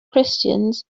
christians